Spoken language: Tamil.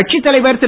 கட்சித் தலைவர் திரு